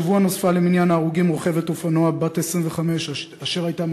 השבוע נוספה למניין ההרוגים רוכבת אופנוע בת 25 אשר הייתה